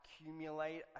accumulate